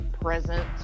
present